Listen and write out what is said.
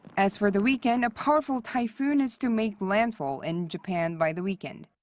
as for the weekend, a powerful typhoon is to make landfall in japan by the weekend.